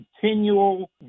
continual